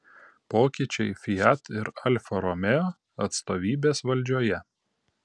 pokyčiai fiat ir alfa romeo atstovybės valdžioje